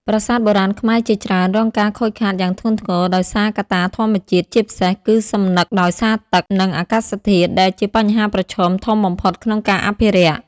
ប្រាសាទបុរាណខ្មែរជាច្រើនរងការខូចខាតយ៉ាងធ្ងន់ធ្ងរដោយសារកត្តាធម្មជាតិ ជាពិសេសគឺសំណឹកដោយសារទឹក និងអាកាសធាតុ ដែលជាបញ្ហាប្រឈមធំបំផុតក្នុងការអភិរក្ស។